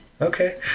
Okay